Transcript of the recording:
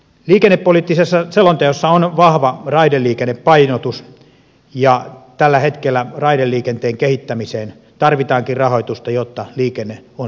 liikennepoliittisessa selonteossa on vahva raideliikennepainotus ja tällä hetkellä raideliikenteen kehittämiseen tarvitaankin rahoitusta jotta liikenne on sujuvampaa